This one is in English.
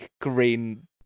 green